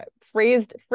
phrased